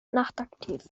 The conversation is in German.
nachtaktiv